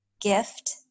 gift